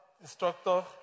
instructor